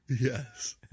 Yes